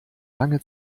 lange